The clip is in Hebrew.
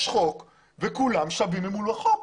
יש חוק וכולם שווים מול החוק.